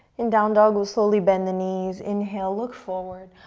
in down dog, we slowly bend the knees, inhale, look forward.